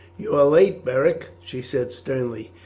you are late, beric, she said sternly.